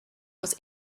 was